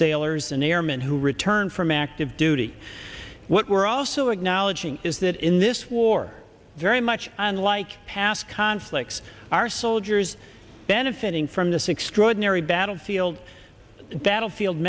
sailors an airman who returned from active duty what were also acknowledging is that in this war very much unlike past conflicts our soldiers benefiting from this extraordinary battlefield that a field